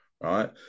Right